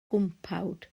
gwmpawd